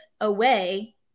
away